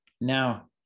Now